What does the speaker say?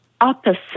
opposite